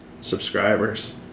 subscribers